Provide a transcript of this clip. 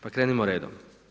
Pa krenimo redom.